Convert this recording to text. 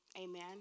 Amen